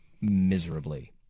miserably